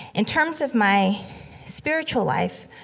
in terms of my spiritual life,